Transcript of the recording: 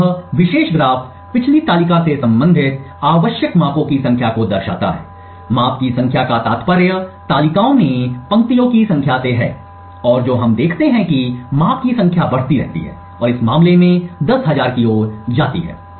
तो यह विशेष ग्राफ पिछली तालिका से संबंधित आवश्यक मापों की संख्या को दर्शाता है माप की संख्या का तात्पर्य तालिकाओं में पंक्तियों की संख्या से है और जो हम देखते हैं कि माप की संख्या बढ़ती रहती है और इस मामले में 10000 की ओर जाती है